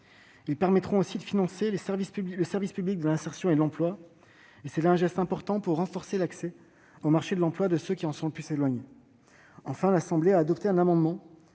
Ils permettront également de financer le service public de l'insertion et de l'emploi. C'est un geste important pour renforcer l'accès au marché de l'emploi de ceux qui en sont le plus éloignés. Enfin, l'Assemblée nationale a adopté un amendement